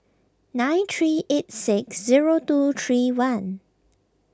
nine three eight six zero two three one